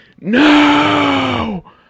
No